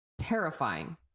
terrifying